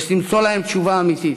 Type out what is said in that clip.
ויש למצוא להם תשובה אמיתית.